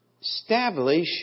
establish